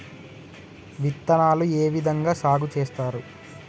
విత్తనాలు ఏ విధంగా సాగు చేస్తారు?